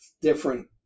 different